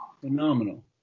Phenomenal